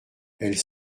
elles